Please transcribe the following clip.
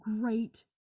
great